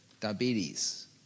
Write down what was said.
diabetes